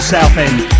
Southend